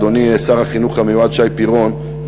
אדוני שר החינוך המיועד שי פירון,